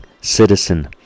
citizen